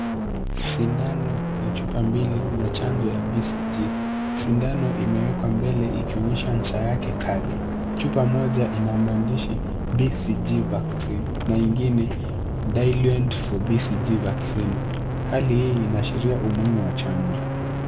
Sindano na chupa mbili za chanjo ya BCG . Sindano imewekwa mbele ikionyesha nja yake kali. Chupa moja ina maandishi BCG Vaccine na ingine Diluent for BCG Vaccine . Hali hii inaashiria umuhimu wa chanjo.